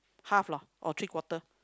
half lor or three quarter